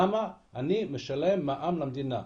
למה אני משלם מע"מ למדינה?